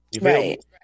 Right